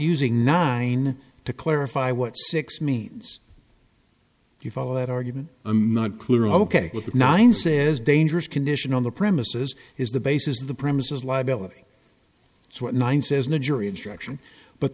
using nine to clarify what six means you follow that argument i'm not clear ok with nine saying is dangerous condition on the premises is the basis of the premises liability it's what nine says no jury instruction but